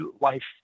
life